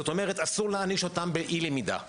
זאת אומרת, אסור להעניש אותם באי למידה.